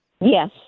Yes